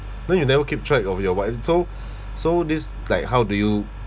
then you never keep track of your wife so so this like how do you